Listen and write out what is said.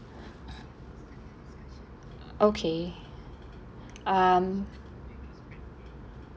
okay um